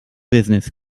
business